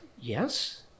Yes